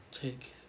Take